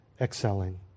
excelling